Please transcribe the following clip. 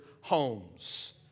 homes